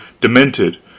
demented